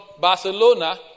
Barcelona